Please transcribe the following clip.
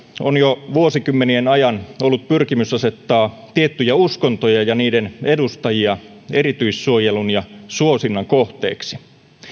on jo vuosikymmenien ajan ollut pyrkimys asettaa tiettyjä uskontoja ja niiden edustajia erityissuojelun ja suosinnan kohteeksi